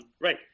Right